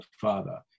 Father